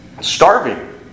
starving